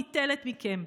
ניטלת מכם.